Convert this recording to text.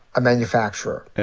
a manufacturer.